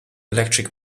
electric